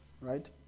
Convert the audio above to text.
right